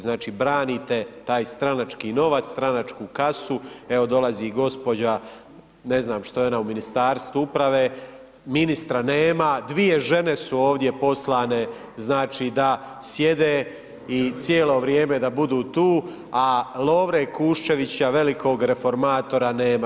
Znači branite taj stranački novac, stranačku kasu, evo dolazi gospođa, ne znam što je ona u Ministarstvu uprave, ministra nema, dvije žene su ovdje poslane znači da sjede i cijelo vrijeme da budu tu a Lovre Kuščevića, velikog reformatora nema.